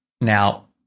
Now